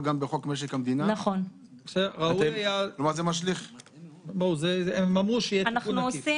לגרום לכנסת, לרשות המחוקקת, שיהיו